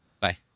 bye